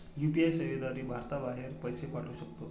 UPI सेवेद्वारे भारताबाहेर पैसे पाठवू शकतो